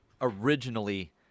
originally